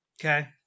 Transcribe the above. okay